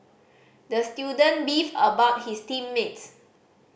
the student beefed about his team mates